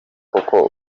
koko